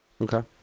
Okay